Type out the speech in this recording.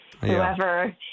Whoever